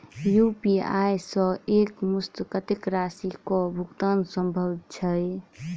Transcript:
UPI सऽ एक मुस्त कत्तेक राशि कऽ भुगतान सम्भव छई?